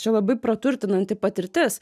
čia labai praturtinanti patirtis